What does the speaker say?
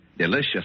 Delicious